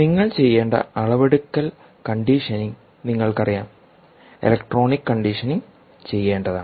നിങ്ങൾ ചെയ്യേണ്ട അളവെടുക്കൽ കണ്ടീഷനിംഗ് നിങ്ങൾക്കറിയാം ഇലക്ട്രോണിക് കണ്ടീഷനിംഗ് ചെയ്യേണ്ടതാണ്